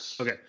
Okay